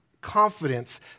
confidence